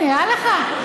נראה לך?